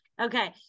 okay